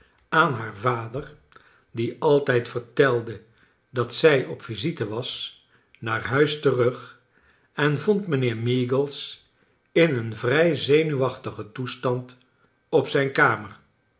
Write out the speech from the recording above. aan haar vader die altijd vertelde dat zij op visits was naar huis terug en vond mijnheer meagles in een vrij zenuwachtigen toestand op zijn kamer